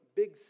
big